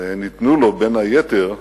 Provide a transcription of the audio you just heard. והן ניתנו לו, בין היתר,